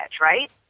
right